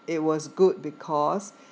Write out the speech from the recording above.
it was good because